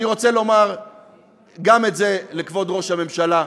אני רוצה לומר גם את זה לכבוד ראש הממשלה: